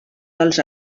dels